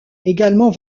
également